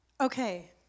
Okay